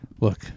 Look